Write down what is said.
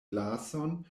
glason